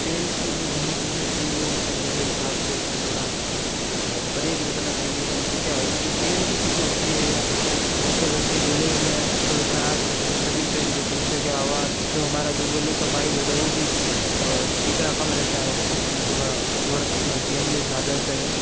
तेल की जो बनी चीज़ें होती हैं वो उसे मेरे हिसाब से उसे थोड़ा परहेज रखना चाहिए उनसे क्या है के जो तेल की चीज़ें होती है या वो क्या करती है गले में थोड़ी ख़राश कर देती तभी सही नहीं करती उससे के आवाज जो हमारा जो गले का पाइप होता है वो भी थोड़ा चीकना कम रहता है उसमें थोड़ा चेंजेस आ जाते हैं